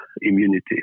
immunity